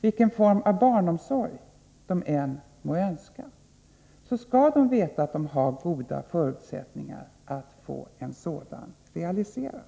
vilken form av barnomsorg de än må önska skall de veta att de har goda förutsättningar att få sina behov och önskemål realiserade.